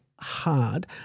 hard